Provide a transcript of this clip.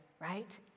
right